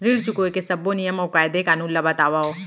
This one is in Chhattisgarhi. ऋण चुकाए के सब्बो नियम अऊ कायदे कानून ला बतावव